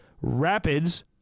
Rapids